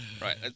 Right